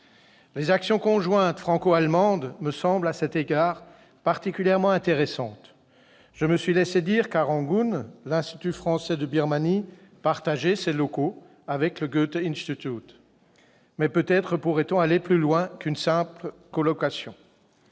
Les actions conjointes franco-allemandes me semblent, à cet égard, particulièrement intéressantes. Je me suis laissé dire que, à Rangoon, l'Institut français de Birmanie partageait ses locaux avec le Goethe-Institut ... Mais peut-être pourrait-on aller plus loin qu'une simple colocation ?